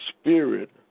spirit